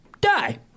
die